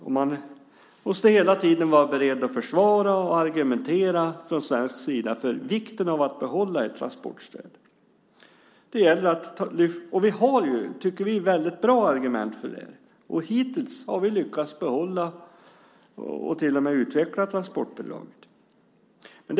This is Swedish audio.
Vi i Sverige måste hela tiden vara beredda att försvara och argumentera för vikten av att behålla ett transportstöd. Vi tycker att vi har väldigt bra argument för det. Hittills har vi lyckats behålla och till och med utveckla transportbidraget.